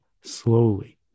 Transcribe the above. slowly